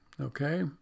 okay